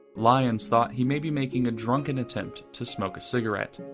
lyons thought he might be making a drunken attempt to smoke a cigarette.